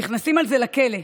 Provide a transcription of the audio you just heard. נכנסים על זה לכלא,